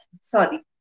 Sorry